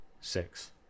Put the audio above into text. six